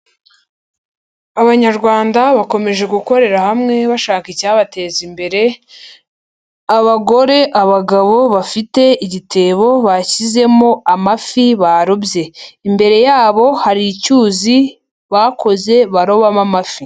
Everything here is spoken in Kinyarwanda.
Abanyarwanda bakomeje gukorera hamwe bashaka icyabateza imbere abagore, abagabo bafite igitebo bashyizemo amafi barobye, imbere yabo hari icyuzi bakoze baroba mo amafi.